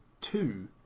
two